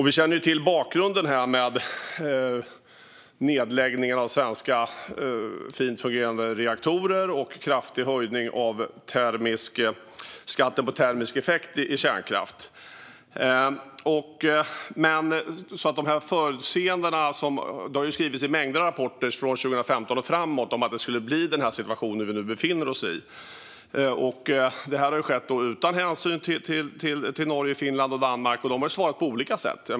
Vi känner till bakgrunden här, med nedläggningen av svenska, fint fungerande reaktorer och en kraftig höjning av skatten på termisk effekt i kärnkraft. Det har i mängder av rapporter från 2015 och framåt skrivits om att den situation vi nu befinner oss i skulle uppstå. Detta har skett utan hänsyn till Norge, Finland och Danmark, och de har svarat på olika sätt.